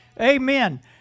Amen